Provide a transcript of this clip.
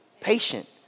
patient